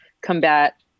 combat